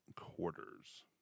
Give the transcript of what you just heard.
quarters